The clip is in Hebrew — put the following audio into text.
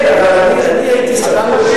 כן, אבל אני הייתי, אתה משיב על שאלות?